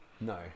No